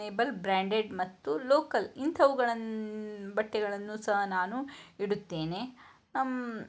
navel branded ಮತ್ತು local ಇಂಥವುಗಳನ್ನು ಬಟ್ಟೆಗಳನ್ನು ಸಹ ನಾನು ಇಡುತ್ತೇನೆ